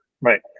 right